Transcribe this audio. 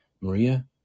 Maria